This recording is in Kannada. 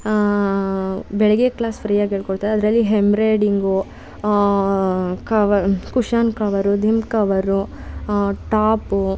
ಬೆಳಗ್ಗೆ ಕ್ಲಾಸ್ ಫ್ರೀಯಾಗಿ ಹೇಳಿಕೊಡ್ತಾರೆ ಅದರಲ್ಲಿ ಹೆಂಬ್ರಾಯ್ಡಿಂಗು ಕವ ಕುಷಾನ್ ಕವರು ದಿಂಬು ಕವರು ಟಾಪು